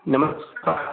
નમસ્કાર